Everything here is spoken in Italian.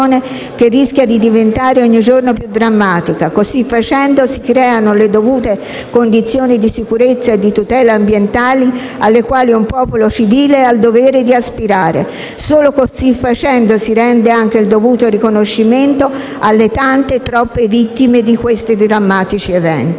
che rischia di diventare ogni giorno più drammatica. Così facendo si creano le dovute condizioni di sicurezza e di tutela ambientale alle quali un popolo civile ha il dovere di aspirare. Solo così facendo si rende anche il dovuto riconoscimento alle tante, troppe vittime di questi drammatici eventi.